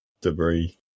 Debris